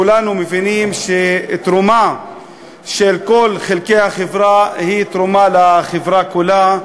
כולנו מבינים שתרומה של כל חלקי החברה היא תרומה לחברה כולה,